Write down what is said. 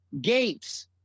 gates